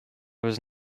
was